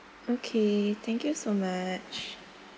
okay thank you so much